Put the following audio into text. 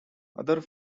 other